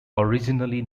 originally